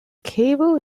cable